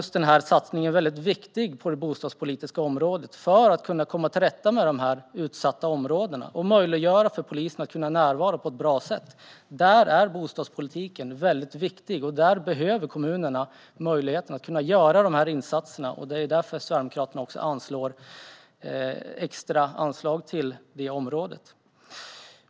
Satsningen på det bostadspolitiska området är viktig för att man ska kunna komma till rätta med de utsatta områdena och möjliggöra för polisen att närvara på ett bra sätt. Där är bostadspolitiken väldigt viktig. Kommunerna behöver möjligheten att göra dessa insatser, och därför anslår Sverigedemokraterna också extra medel till detta.